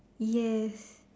yes